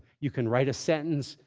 you can write a sentence,